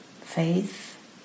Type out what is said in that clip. faith